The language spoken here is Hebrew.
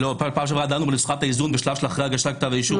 בפעם שעברה דנו בנוסחת האיזון בשלב של אחרי הגשת כתב האישום.